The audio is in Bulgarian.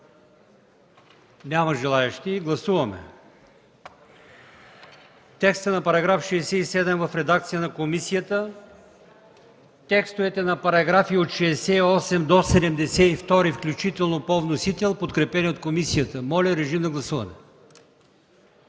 Няма желаещи. Гласуваме текста на § 67 в редакция на комисията, текстовете на параграфи от 68 до 72 включително по вносител, подкрепени от комисията. Моля, гласувайте.